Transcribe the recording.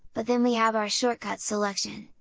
but then we have our shortcuts selection,